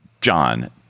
john